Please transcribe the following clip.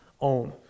own